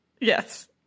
Yes